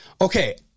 okay